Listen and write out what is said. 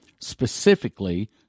specifically